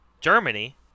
Germany